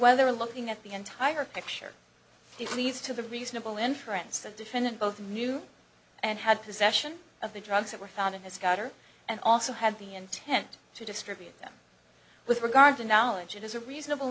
well they're looking at the entire picture it needs to be reasonable inference the defendant both knew and had possession of the drugs that were found in his gutter and also had the intent to distribute them with regard to knowledge it is a reasonable